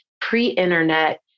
pre-internet